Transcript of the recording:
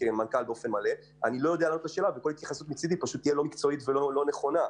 מכל הסיבות הללו כל התייחסות מצדי תהיה לא מקצועית ולא נכונה.